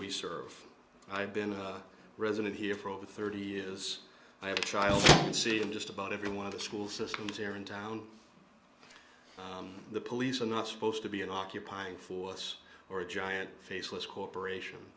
we serve i've been a resident here for over thirty years i have a child and see him just about every one of the school systems here in town the police are not supposed to be an occupying force or a giant faceless corporation